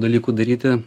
dalykų daryti